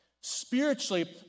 Spiritually